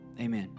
Amen